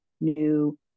new